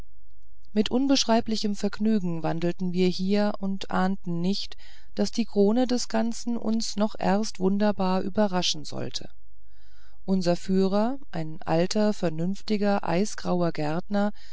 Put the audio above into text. mit unbeschreiblichem vergnügen wandelten wir hier und ahnten nicht daß die krone des ganzen uns noch erst wunderbar überraschen sollte unser führer ein alter vernünftiger eisgrauer gärtner